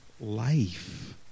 life